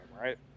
right